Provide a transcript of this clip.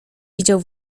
widział